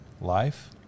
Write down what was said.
life